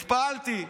התפעלתי,